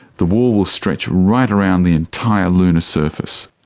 the wall will stretch right around the entire lunar surface.